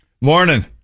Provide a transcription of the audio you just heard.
Morning